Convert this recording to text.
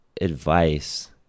advice